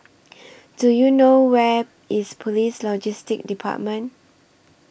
Do YOU know Where IS Police Logistics department